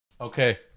Okay